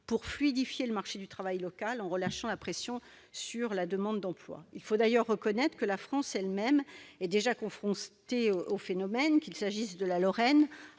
pour fluidifier le marché du travail local, en relâchant la pression sur la demande d'emploi. Il faut d'ailleurs reconnaître que la France elle-même est déjà confrontée au phénomène, qu'il s'agisse de la Lorraine